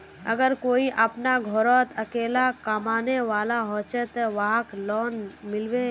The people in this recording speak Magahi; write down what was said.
अगर कोई अपना घोरोत अकेला कमाने वाला होचे ते वहाक लोन मिलबे?